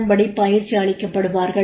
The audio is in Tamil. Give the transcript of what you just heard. அதன்படி பயிற்சி அளிக்கப்படுவார்கள்